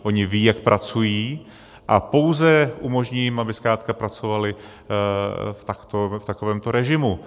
Oni vědí, jak pracují, a pouze jim umožní, aby zkrátka pracovali takto v takovémto režimu.